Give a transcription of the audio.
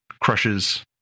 crushes